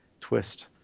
twist